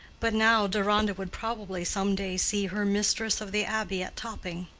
but now, deronda would probably some day see her mistress of the abbey at topping,